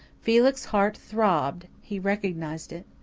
felix's heart throbbed he recognized it.